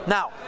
Now